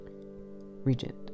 Regent